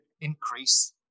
increase